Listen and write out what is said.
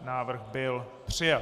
Návrh byl přijat.